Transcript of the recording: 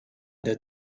der